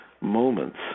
moments